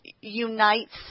unites